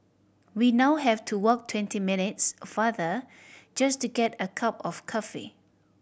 we now have to walk twenty minutes farther just to get a cup of coffee